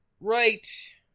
Right